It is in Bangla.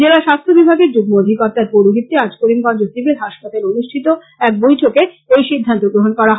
জেলা স্বাস্থ্য বিভাগের যুগ্ম অধিকর্তার পৌরহিত্যে আজ করিমগঞ্জ সিভিল হাসপাতালে অনুষ্ঠিত এক বৈঠকে এই সিদ্ধান্ত গ্রহন করা হয়